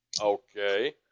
Okay